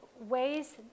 ways